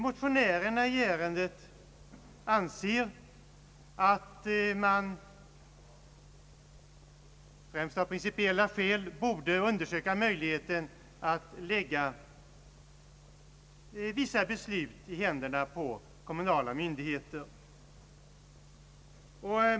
Motionärerna i ärendet anser att man — främst av principiella skäl — borde undersöka möjligheten att lägga vissa beslut i händerna på kommunala myndigheter.